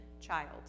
child